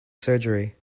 surgery